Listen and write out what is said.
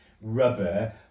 rubber